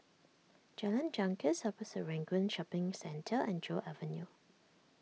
Jalan Janggus Upper Serangoon Shopping Centre and Joo Avenue